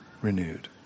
Renewed